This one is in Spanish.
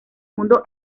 mundo